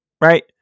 right